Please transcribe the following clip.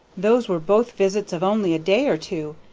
those were both visits of only a day or two,